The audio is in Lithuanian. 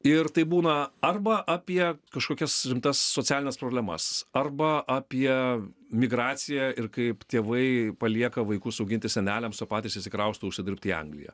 ir tai būna arba apie kažkokias rimtas socialines problemas arba apie migraciją ir kaip tėvai palieka vaikus auginti seneliams o patys išsikrausto užsidirbt į angliją